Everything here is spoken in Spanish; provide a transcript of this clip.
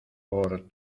por